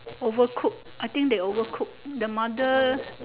overcook I think they overcook the mother